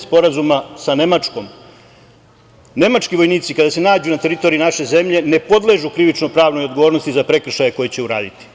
Sporazuma sa Nemačkom, nemački vojnici kada se nađu na teritoriji naše zemlje, ne podležu krivično-pravnoj odgovornosti za prekršaje koje će uraditi.